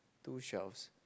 two shelves